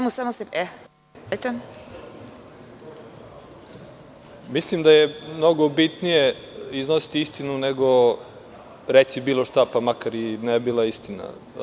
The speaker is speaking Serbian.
Mislim da je mnogo bitnije iznositi istinu nego reći bilo šta pa makar i ne bila istina.